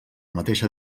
mateixa